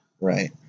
Right